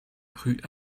rue